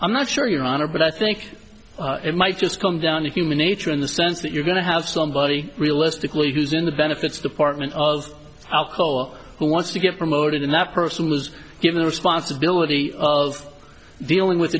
i'm not sure your honor but i think it might just come down to human nature in the sense that you're going to have somebody realistically who's in the benefits department of whole who wants to get promoted and that person was given responsibility of dealing with